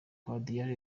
guardiola